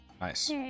Nice